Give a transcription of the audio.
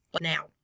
now